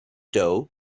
doe